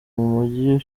mugi